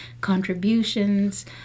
contributions